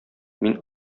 мин